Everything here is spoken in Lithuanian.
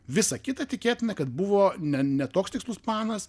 visa kita tikėtina kad buvo ne ne toks tikslus planas